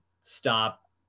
stop